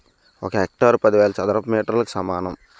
ఒక హెక్టారు పదివేల చదరపు మీటర్లకు సమానం